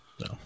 No